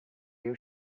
you